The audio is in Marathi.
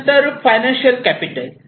त्यानंतर फायनान्शियल कॅपिटल